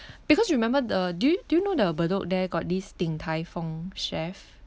because you remember the do you do you know the bedok there got this Din Tai Fung chef